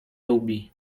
lubi